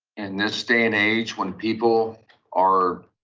in this day and age when people are